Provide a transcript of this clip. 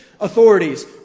authorities